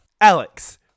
Alex